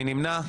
מי נמנע?